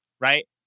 right